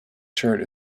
shirt